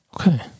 Okay